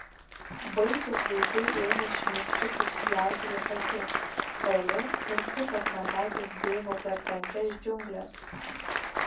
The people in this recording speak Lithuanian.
baisūs vaizdai ėmė šmėkščioti jai prieš akis elė ir kitos mergaitės bėgo per tankias džiungles